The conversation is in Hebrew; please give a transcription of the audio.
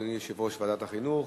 אדוני יושב-ראש ועדת החינוך,